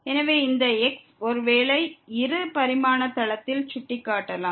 எனவே இந்த x ஒருவேளை இரு பரிமாண தளத்தில் ஒரு புள்ளியாக இருக்கலாம்